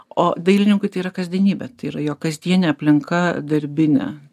o dailininkui tai yra kasdienybė tai yra jo kasdienė aplinka darbinė